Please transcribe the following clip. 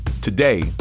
Today